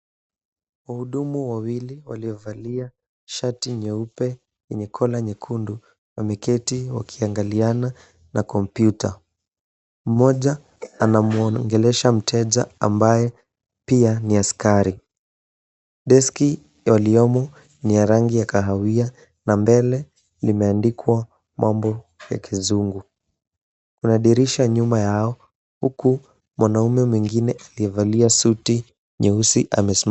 Wahudumu wawili waliovalia shati nyeupe yenye kola nyekundu wameketi wakiangaliana na computer . Mmoja anamuongelesha mteja ambaye pia ni askari. Deski yaliyomo ni ya rangi ya kahawia na mbele limeandikwa mambo ya kizungu. Kuna dirisha nyuma yao huku mwanamume mwingine akivalia suti nyeusi amesimama.